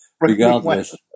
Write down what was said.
regardless